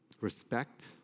respect